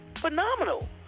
phenomenal